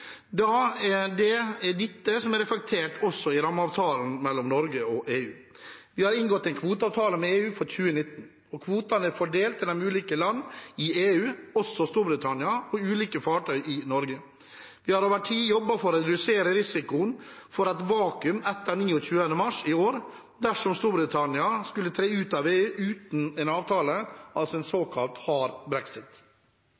Det er dette som er reflektert også i rammeavtalen mellom Norge og EU. Vi har inngått en kvoteavtale med EU for 2019, og kvotene er fordelt mellom ulike land i EU, også Storbritannia, og ulike fartøy i Norge. Vi har over tid jobbet for å redusere risikoen for et vakuum etter 29. mars i år dersom Storbritannia skulle tre ut av EU uten en avtale, altså en